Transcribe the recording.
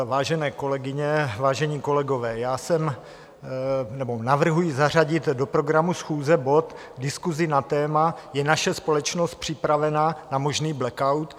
Vážené kolegyně, vážení kolegové, navrhuji zařadit do programu schůze bod Diskuse na téma: je naše společnost připravena na možný blackout?